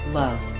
love